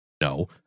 no